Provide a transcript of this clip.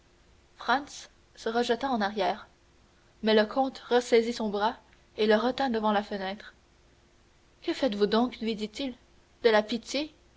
se rejeta en arrière mais le comte ressaisit son bras et le retint devant la fenêtre que faites-vous donc lui dit-il de la pitié